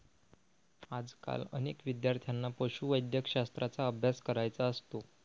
आजकाल अनेक विद्यार्थ्यांना पशुवैद्यकशास्त्राचा अभ्यास करायचा असतो